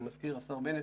אני מזכיר לחבר הכנסת בנט